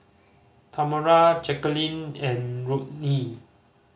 Tamera Jacquelin and Rodney